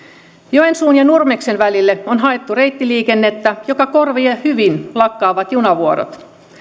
joensuun ja nurmeksen välille on haettu reittiliikennettä joka korvaa hyvin lakkaavat junavuorot